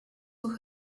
who